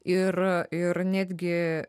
ir ir netgi